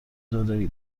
داری